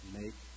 make